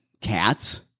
cats